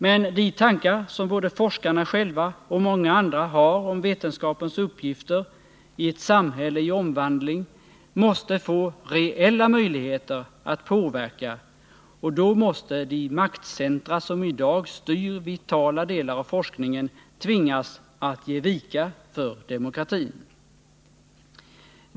Men de tankar som både forskarna själva och många andra har om vetenskapens uppgifter i ett samhälle i omvandling måste få reella möjligheter att påverka, och då måste de maktcentra som i dag styr vitala delar av forskningen tvingas att ge vika för demokratin.